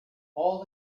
all